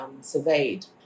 surveyed